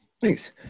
thanks